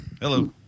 Hello